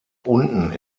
unten